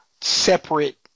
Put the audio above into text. Separate